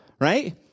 right